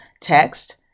text